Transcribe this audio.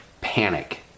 Panic